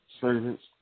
servants